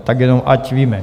Tak jenom, ať víme.